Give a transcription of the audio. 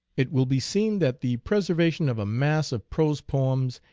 it will be seen that the preservation of a mass of prose poems,